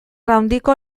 handiko